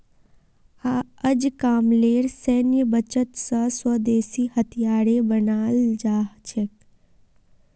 अजकामलेर सैन्य बजट स स्वदेशी हथियारो बनाल जा छेक